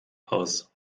aus